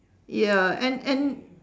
ya and and